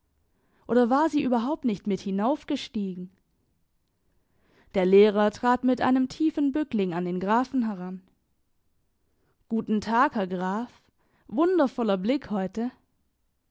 oder war sie überhaupt nicht mit hinaufgestiegen der lehrer trat mit einem tiefen bückling an den grafen heran guten tag herr graf wundervoller blick heute